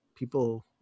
people